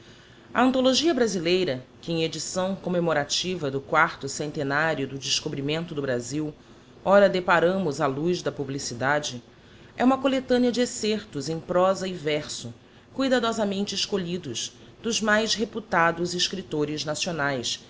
a anthologia brasileira que em edição commemorativa do quarto centenário do descobrimento do brabil ora deparamos á luz da publicidade é uma collectanea de excerptos em prosa e verso cuidadosamente escolhidos dos mais reputados escriptores nacionaes